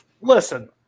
Listen